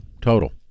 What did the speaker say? total